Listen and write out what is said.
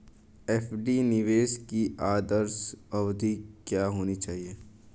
FD निवेश की आदर्श अवधि क्या होनी चाहिए?